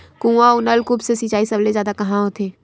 कुआं अउ नलकूप से सिंचाई सबले जादा कहां होथे?